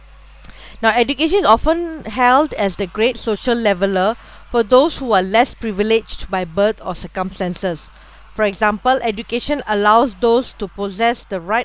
now education often held as the great social leveller for those who are less privileged by birth or circumstances for example education allows those to possess the right